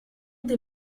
des